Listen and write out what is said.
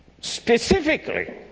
Specifically